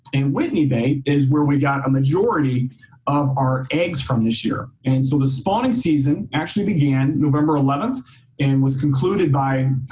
and whitney bay is where we got a majority of our eggs from this year. and so the spawning season actually began november eleventh and was concluded by,